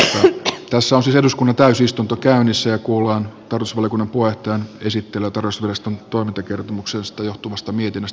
tässä on siis eduskunnan täysistunto käynnissä ja kuullaan tarkastusvaliokunnan puheenjohtajan esittelyä tarkastusviraston toimintakertomusta koskevasta mietinnöstä